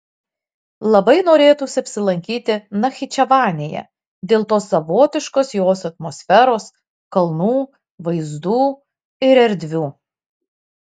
labai norėtųsi apsilankyti nachičevanėje dėl tos savotiškos jos atmosferos kalnų vaizdų ir erdvių